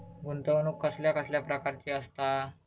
गुंतवणूक कसल्या कसल्या प्रकाराची असता?